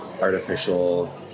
artificial